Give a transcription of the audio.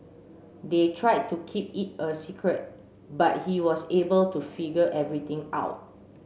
they tried to keep it a secret but he was able to figure everything out